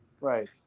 Right